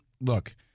look